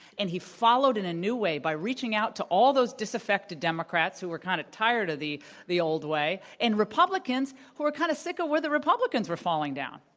and he followed in a new way by reaching out to all those disaffected democrats who were kind of tired of the the old way and republicans who were kind of sick of where the republicans were falling down.